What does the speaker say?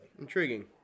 Intriguing